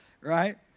right